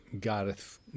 Gareth